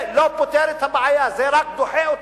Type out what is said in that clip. זה לא פותר את הבעיה, זה רק דוחה אותה.